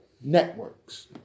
networks